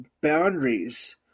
boundaries